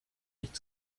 nicht